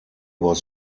was